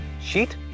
Sheet